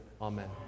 Amen